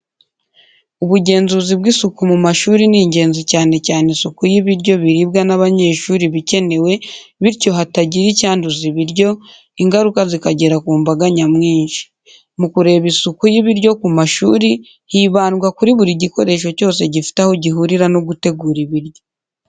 Ubugenzuzi bw'isuku mu mashuri ni ingenzi cyane cyane isuku y'ibiryo biriwa n'abanyeshuri iba ikenewe bityo hatagira icyanduza ibiryo, ingaruka zikagera ku mbaga nyamwinshi. Mu kureba isuku y'ibiryo ku mashuri hibandwa kuri buri gikoresho cyose gifite aho gihurira no gutegura ibiryo.